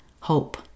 hope